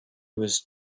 was